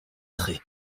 traits